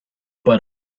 but